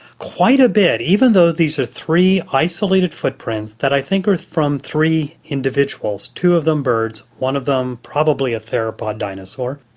quite a bit. even though these are three isolated footprints that i think are from three individuals, two of them birds, one of them probably a therapod dinosaur,